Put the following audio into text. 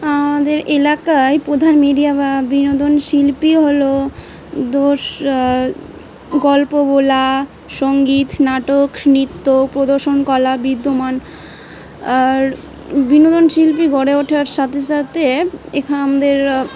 আমাদের এলাকায় প্রধান মিডিয়া বা বিনোদন শিল্পী হলো দোষ গল্প বলা সঙ্গীত নাটক নৃত্য প্রদর্শনকলা বিদ্যমান আর বিনোদন শিল্পী গড়ে ওঠার সাথে সাথে এখানে আমাদের